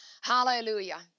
Hallelujah